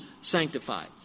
sanctified